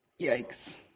yikes